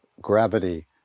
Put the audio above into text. gravity